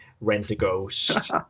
Rent-A-Ghost